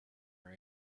her